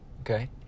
Okay